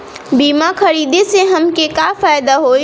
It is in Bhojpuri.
बीमा खरीदे से हमके का फायदा होई?